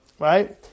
Right